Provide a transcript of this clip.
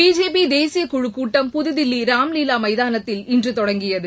BJP தேசிய குழுக் கூட்டம் புதுதில்லி ராம்லீலா மைதானத்தில் இன்று தொடங்கியது